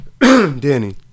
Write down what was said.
Danny